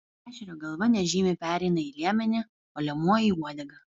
ešerio galva nežymiai pereina į liemenį o liemuo į uodegą